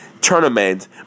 tournament